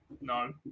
no